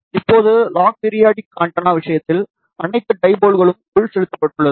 இப்போது log periodic antenna விஷயத்தில் அனைத்து டைபோல் களும் உள் செலுத்தப்பட்டுள்ளது